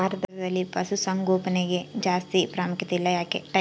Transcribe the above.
ಭಾರತದಲ್ಲಿ ಪಶುಸಾಂಗೋಪನೆಗೆ ಜಾಸ್ತಿ ಪ್ರಾಮುಖ್ಯತೆ ಇಲ್ಲ ಯಾಕೆ?